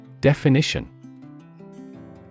Definition